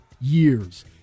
years